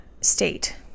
state